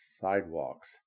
sidewalks